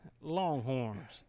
Longhorns